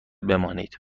بمانید